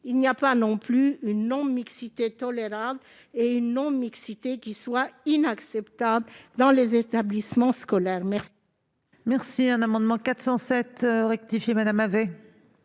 il n'y a pas non plus une non-mixité tolérable et une non-mixité inacceptable dans les établissements scolaires.